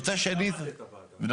הם